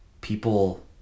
people